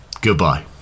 Goodbye